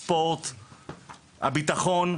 הספורט והביטחון,